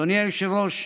אדוני היושב-ראש,